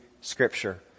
scripture